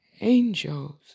angels